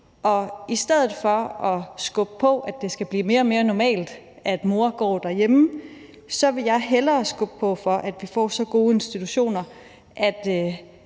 i stedet for at skubbe på for, at det skal blive mere og mere normalt, at mor går derhjemme, så vil jeg hellere skubbe på for, at vi får så gode institutioner, at